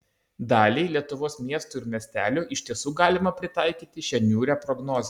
daliai lietuvos miestų ir miestelių iš tiesų galima pritaikyti šią niūrią prognozę